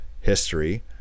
history